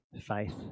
faith